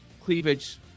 cleavage